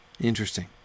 Interesting